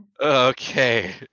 Okay